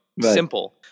simple